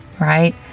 right